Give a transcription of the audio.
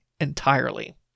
Entirely